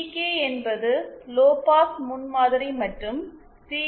K என்பது low pass முன்மாதிரி மற்றும் சி